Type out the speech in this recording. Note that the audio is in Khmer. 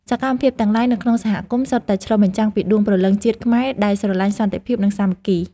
សកម្មភាពទាំងឡាយនៅក្នុងសហគមន៍សុទ្ធតែឆ្លុះបញ្ចាំងពីដួងព្រលឹងជាតិខ្មែរដែលស្រឡាញ់សន្តិភាពនិងសាមគ្គី។